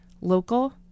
local